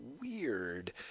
weird